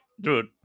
dude